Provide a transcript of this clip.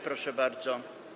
Proszę bardzo.